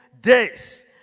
days